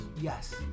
Yes